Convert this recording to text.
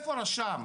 איפה הרשם?